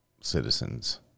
citizens